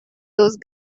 those